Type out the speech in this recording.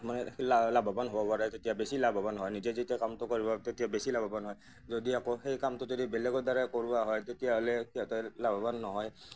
মানে সি লাভৱান হ'ব পাৰে তেতিয়া বেছি লাভৱান হয় নিজে যেতিয়া কামটো কৰিব তেতিয়া বেছি লাভৱান হয় যদি আকৌ সেই কামটো যদি বেলেগৰ দ্বাৰাই কৰোৱা হয় তেতিয়াহ'লে সিহঁতে লাভৱান নহয়